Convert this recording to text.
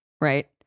right